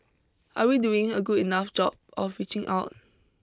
are we doing a good enough job of reaching out